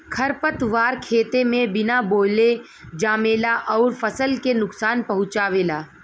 खरपतवार खेते में बिना बोअले जामेला अउर फसल के नुकसान पहुँचावेला